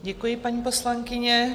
Děkuji, paní poslankyně.